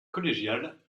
collégiale